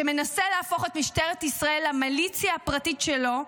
שמנסה להפוך את משטרת ישראל למיליציה הפרטית שלו,